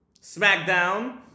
Smackdown